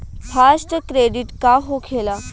Fast credit का होखेला?